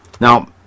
Now